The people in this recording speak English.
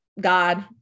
God